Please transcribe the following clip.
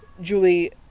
Julie